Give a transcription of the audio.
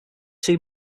two